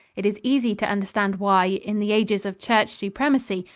it is easy to understand why, in the ages of church supremacy,